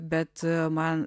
bet man